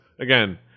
again